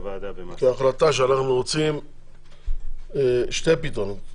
זה כהחלטה שאנחנו רוצים שני פתרונות,